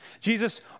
Jesus